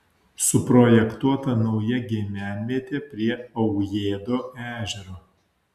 suprojektuota nauja gyvenvietė prie aujėdo ežero